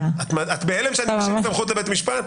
את בהלם שאני משאיר סמכות לבית המשפט?